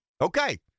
Okay